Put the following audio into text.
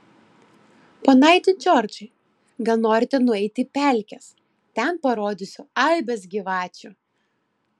ponaiti džordžai gal norite nueiti į pelkes ten parodysiu aibes gyvačių